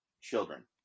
children